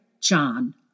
John